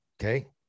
Okay